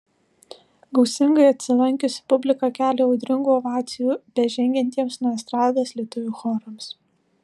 gausingai atsilankiusi publika kelia audringų ovacijų bežengiantiems nuo estrados lietuvių chorams